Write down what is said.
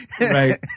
Right